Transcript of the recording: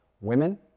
women